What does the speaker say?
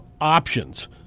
options